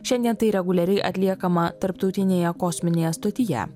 šiandien tai reguliariai atliekama tarptautinėje kosminėje stotyje